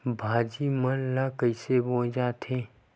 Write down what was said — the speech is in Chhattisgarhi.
भाजी मन ला कइसे बोए जाथे?